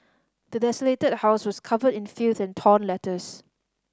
the desolated house was covered in filth and torn letters